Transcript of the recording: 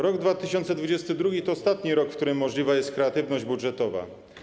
Rok 2022 to ostatni rok, w którym możliwa jest kreatywność budżetowa.